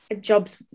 jobs